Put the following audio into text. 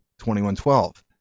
2112